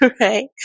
right